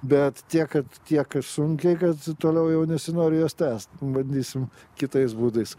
bet tiek kad tiek sunkiai kad toliau jau nesinori jos tęst bandysim kitais būdais